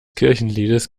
kirchenliedes